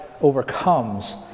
overcomes